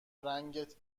رنگت